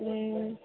हूँ